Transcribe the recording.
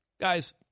Guys